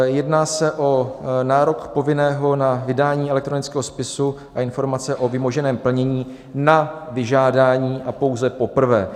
Jedná se o nárok povinného na vydání elektronického spisu a informace o vymoženém plnění na vyžádání a pouze poprvé.